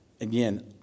again